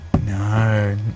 No